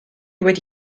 wedi